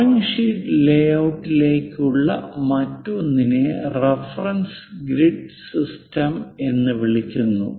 drawing sheet ലേഔട്ടിലുള്ള മറ്റൊന്നിനെ reference grid system എന്ന് വിളിക്കുന്നു